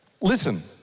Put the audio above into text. Listen